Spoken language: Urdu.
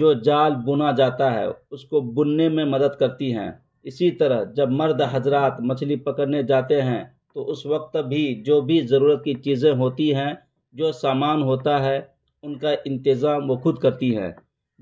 جو جال بنا جاتا ہے اس کو بننے میں مدد کرتی ہیں اسی طرح جب مرد حضرات مچھلی پکڑنے جاتے ہیں تو اس وقت بھی جو بھی ضرورت کی چیزیں ہوتی ہیں جو سامان ہوتا ہے ان کا انتظام وہ خود کرتی ہیں